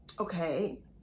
okay